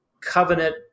covenant